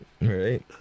right